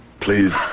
Please